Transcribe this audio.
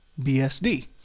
BSD